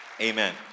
Amen